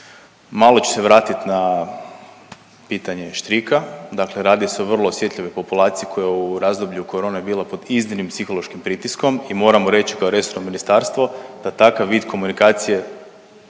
Malo ću se vratiti na pitanje štrika, dakle radi se o vrlo osjetljivoj populaciji koja je u razdoblju korone bila pod iznimnim psihološkim pritiskom i moramo reći kao resorno ministarstvo da takav vid komunikacije